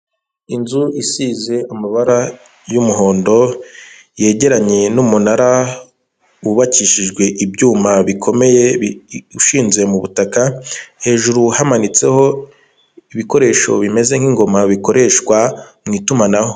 Inzu isize amabara y'umuhondo, yegeranye n'umunara wubakishijwe ibyuma bikomeye, ushinze mu butaka, hejuru hamanitseho ibikoresho bimeze nk'ingoma bikoreshwa mu itumanaho.